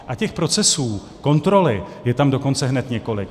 A těch procesů kontroly je tam dokonce hned několik.